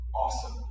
Awesome